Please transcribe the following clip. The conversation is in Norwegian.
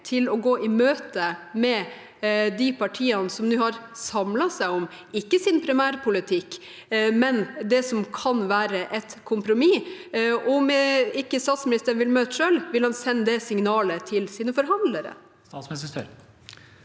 til å gå i møte med de partiene som nå har samlet seg om det som ikke er sin primærpolitikk, men som kan være et kompromiss? Og om statsministeren ikke vil møte selv, vil han sende det signalet til sine forhandlere?